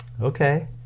Okay